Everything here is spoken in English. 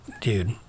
dude